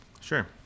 Sure